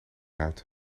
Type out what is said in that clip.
uit